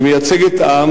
שמייצגת עם